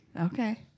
Okay